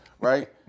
Right